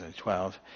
2012